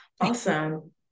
Awesome